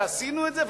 ועשינו את זה,